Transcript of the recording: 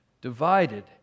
divided